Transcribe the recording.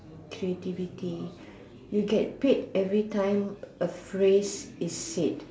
creativity you get paid everytime a phrase is said